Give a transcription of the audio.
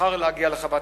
בחר להגיע לחוות-השקמים.